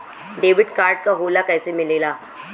Debit card का होला कैसे मिलेला?